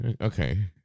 Okay